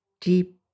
deep